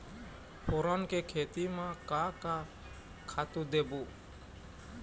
फोरन के खेती म का का खातू देबो?